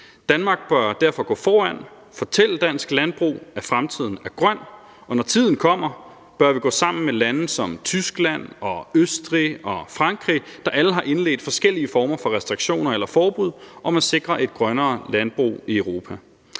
Danmark bør derfor gå foran, fortælle dansk landbrug, at fremtiden er grøn, og når tiden kommer, bør vi gå sammen med lande som Tyskland, Østrig og Frankrig, der alle har indledt forskellige former for restriktioner eller forbud for at sikre et grønnere landbrug i Europa.